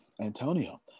Antonio